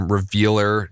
Revealer